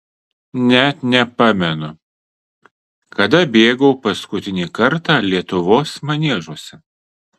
net nepamenu kada bėgau paskutinį kartą lietuvos maniežuose